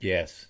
Yes